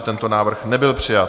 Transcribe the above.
Tento návrh nebyl přijat.